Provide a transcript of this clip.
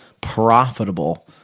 profitable